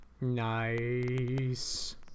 Nice